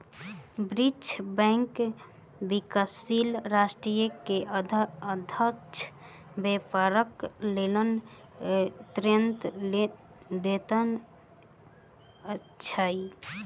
विश्व बैंक विकाशील राष्ट्र के अर्थ व्यवस्थाक लेल ऋण दैत अछि